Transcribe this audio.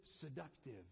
seductive